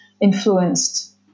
influenced